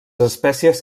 espècies